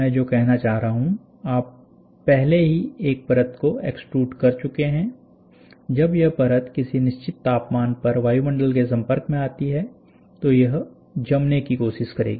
मैं जो कहना चाह रहा हूं आप पहले ही एक परत को एक्स्ट्रूड कर चुके हैं जब यह परत किसी निश्चित तापमान पर वायुमंडल के संपर्क में आती है तो यह जमने की कोशिश करेगी